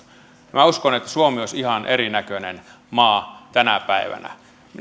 minä uskon että suomi olisi ihan erinäköinen maa tänä päivänä